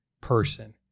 person